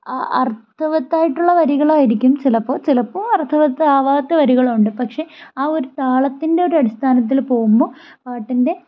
അർത്ഥവത്തായിട്ടുള്ള വരികളായിരിക്കും ചിലപ്പോൾ ചിലപ്പോൾ അർത്ഥവത്താവാത്ത വരികളുമുണ്ട് പക്ഷേ ആ ഒരു താളത്തിൻ്റെ ഒരു അടിസ്ഥാനത്തിൽ പോകുമ്പോൾ പാട്ടിൻ്റെ